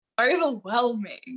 overwhelming